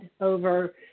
over